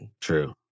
True